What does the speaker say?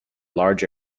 large